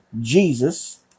Jesus